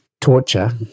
torture